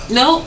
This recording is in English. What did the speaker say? no